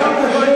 טלב, תשמע.